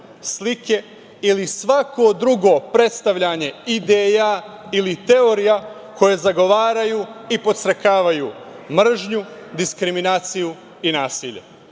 slike ili svako drugo predstavljanje ideja ili teorija koje zagovaraju i podstrekavaju mržnju, diskriminaciju i nasilje. Vi